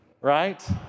Right